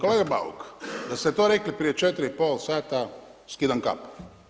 Kolega Bauk, da ste to rekli prije 4 i pol sata, skidam kapu.